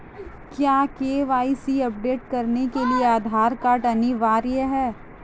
क्या KYC update करने के लिए आधार कार्ड अनिवार्य है?